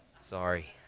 Sorry